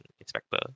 Inspector